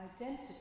identity